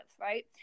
Right